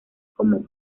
como